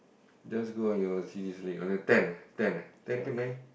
just go on your on the ten eh ten eh ten ke nine